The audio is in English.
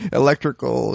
electrical